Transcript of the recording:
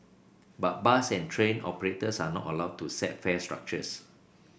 but bus and train operators are not allowed to set fare structures